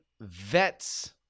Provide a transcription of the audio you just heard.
vets